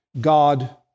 God